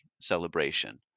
celebration